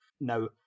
Now